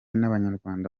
n’abanyarwanda